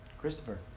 Christopher